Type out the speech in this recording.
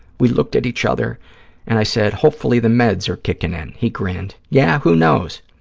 we looked at each other and i said, hopefully the meds are kicking in. he grinned, yeah, who knows?